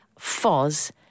Foz